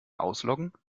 ausloggen